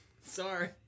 Sorry